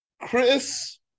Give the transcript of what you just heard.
Chris